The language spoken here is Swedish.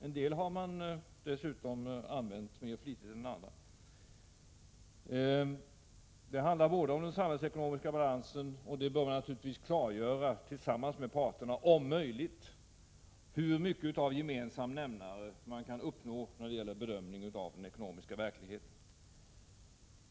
En del av dem har dessutom använts mera flitigt än andra. Det handlar bl.a. om den samhällsekonomiska balansen, och det bör naturligtvis klargöras — om möjligt tillsammans med parterna — hur mycket av gemensam nämnare som kan uppnås när det gäller bedömning av den ekonomiska verkligheten.